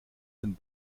den